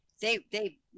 they—they